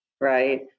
right